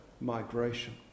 migration